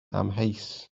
amheus